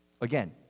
Again